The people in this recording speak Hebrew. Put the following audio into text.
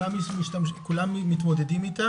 כולם מתמודדים איתה